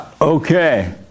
Okay